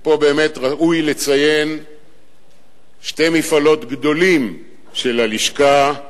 ופה ראוי לציין שתי מפעלות גדולים של הלשכה: